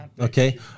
Okay